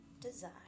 design